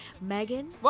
Megan